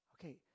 Okay